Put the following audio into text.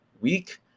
week